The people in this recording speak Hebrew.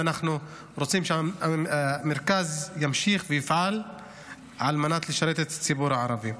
ואנחנו רוצים שהמרכז ימשיך ויפעל על מנת לשרת את הציבור הערבי.